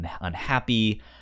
unhappy